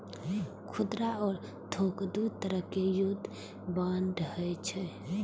खुदरा आ थोक दू तरहक युद्ध बांड होइ छै